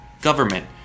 government